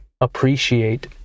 appreciate